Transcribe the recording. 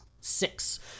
Six